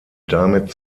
damit